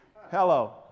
Hello